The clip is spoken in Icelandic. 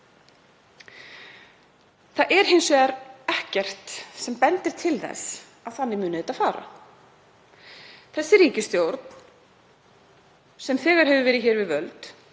Það er hins vegar ekkert sem bendir til þess að þannig muni fara. Þessi ríkisstjórn, sem þegar hefur verið við völd